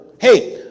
Hey